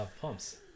pumps